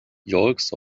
yolks